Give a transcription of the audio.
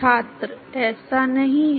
छात्र ऐसा नहीं है